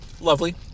lovely